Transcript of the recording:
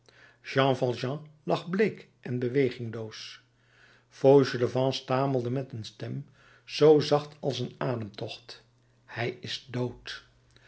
lag bleek en bewegingloos fauchelevent stamelde met een stem zoo zacht als een ademtocht hij is dood